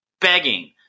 begging